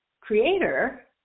creator